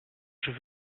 vais